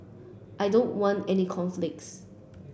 I don't want any conflicts